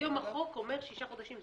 היום החוק אומר שישה חודשים.